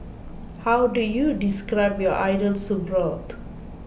how do you describe your ideal soup broth